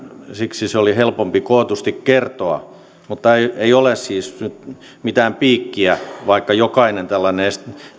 siksi se oli helpompi kootusti kertoa mutta ei ole siis nyt mitään piikkiä vaikka jokainen tällainen